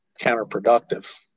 counterproductive